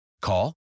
Call